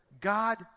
God